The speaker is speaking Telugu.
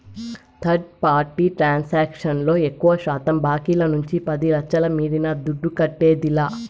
థర్డ్ పార్టీ ట్రాన్సాక్షన్ లో ఎక్కువశాతం బాంకీల నుంచి పది లచ్ఛల మీరిన దుడ్డు కట్టేదిలా